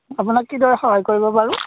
আপোনাক কিদৰে সহায় কৰিব পাৰোঁ